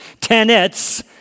tenets